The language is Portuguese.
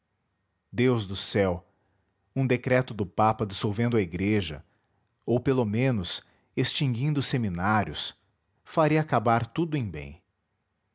deus do céu um decreto do papa dissolvendo a igreja ou pelo menos extinguindo os seminários faria acabar tudo em bem